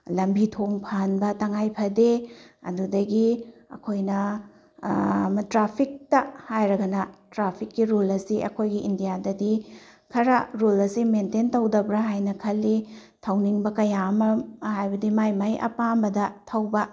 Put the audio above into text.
ꯂꯝꯕꯤ ꯊꯣꯡ ꯐꯍꯟꯕ ꯇꯉꯥꯏ ꯐꯗꯦ ꯑꯗꯨꯗꯒꯤ ꯑꯩꯈꯣꯏꯅ ꯇ꯭ꯔꯥꯐꯤꯛꯇ ꯍꯥꯏꯔꯒꯅ ꯇ꯭ꯔꯥꯐꯤꯛꯀꯤ ꯔꯨꯜ ꯑꯁꯤ ꯑꯩꯈꯣꯏꯒꯤ ꯏꯟꯗꯤꯌꯥꯗꯗꯤ ꯈꯔ ꯔꯨꯜ ꯑꯁꯤ ꯃꯦꯟꯇꯦꯟ ꯇꯧꯗꯕ꯭ꯔꯥ ꯍꯥꯏꯅ ꯈꯜꯂꯤ ꯊꯧꯅꯤꯡꯕ ꯀꯌꯥ ꯑꯃ ꯍꯥꯏꯕꯗꯤ ꯃꯥꯒꯤ ꯃꯥꯒꯤ ꯑꯄꯥꯝꯕꯗ ꯊꯧꯕ